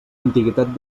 antiguitat